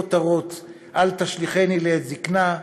כותרות: "אל תשליכני לעת זקנה",